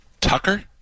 tucker